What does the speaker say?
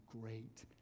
great